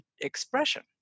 expression